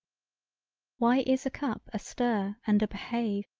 why is a cup a stir and a behave.